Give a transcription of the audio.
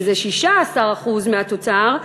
שזה 16% מהתוצר,